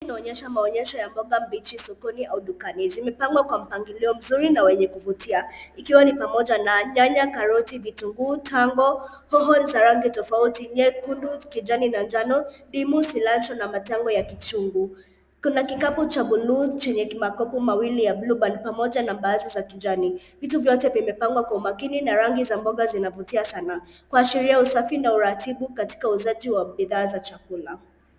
Hii inaonyesha maonyesho ya mboga mbichi sokoni au dukani, zimepangwa kwa mpangilio mzuri na wenye kuvutia ikiwa ni pamoja na nyanya, karoti, vitunguu, tango, hoho ni za rangi tofauti nyeundu, kijani na njano. Ndimu, cilantro, na matango ya kichungu. Kuna kikapu cha buluu chenye makopo mawili ya Blueband, pamoja na mbaazi za kijani. Vitu vyote vimeppangwa kwa umakini na rangi za mboga zinavutia sana, kuhashiria usafi na uratibu katika uuzaji wa bidhaa za chakula.